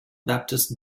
baptist